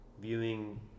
viewing